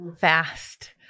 fast